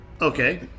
okay